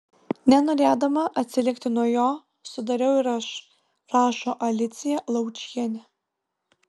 nenorėdama atsilikti nuo jo sudariau ir aš rašo alicija laučienė